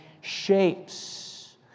shapes